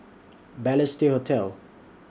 Balestier Hotel